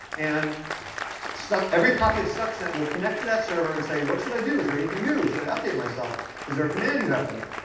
and every copy of stuxnet will connect to that server and say, what should i do? is there anything new? should i update myself? is there a command you have for me?